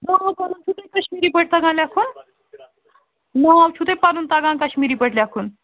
ناو پنُن چھُو تۄہہِ کشمیٖری پٲٹھۍ تگان لٮ۪کھن ناو چھُو تۄہہِ پنُن تگان کشمیٖری پٲٹھۍ لٮ۪کھن